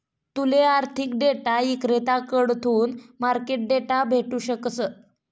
तूले आर्थिक डेटा इक्रेताकडथून मार्केट डेटा भेटू शकस